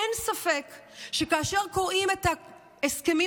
אין ספק שכאשר קוראים את ההסכמים